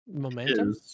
Momentum